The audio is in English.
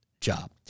job